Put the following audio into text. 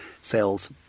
sales